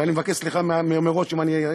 ואני מבקש סליחה מראש אם אני,